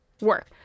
work